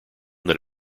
that